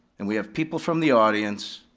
and we have people from the audience